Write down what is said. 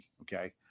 Okay